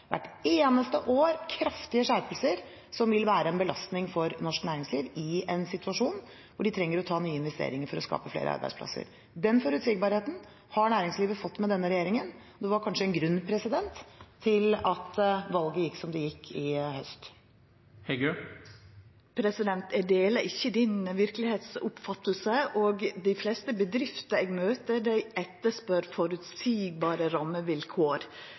hvert eneste år; kraftige skjerpelser som vil være en belastning for norsk næringsliv i en situasjon hvor de trenger å ta nye investeringer for å skape flere arbeidsplasser. Den forutsigbarheten har næringslivet fått med denne regjeringen. Det var kanskje en grunn til at valget gikk som det gikk i høst. Eg deler ikkje di oppfatning av verkelegheita. Dei fleste bedriftene eg møter, spør etter føreseielege rammevilkår.